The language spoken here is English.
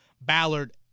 Ballard